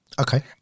Okay